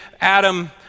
Adam